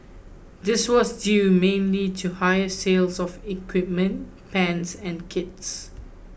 this was due mainly to higher sales of equipment pans and kits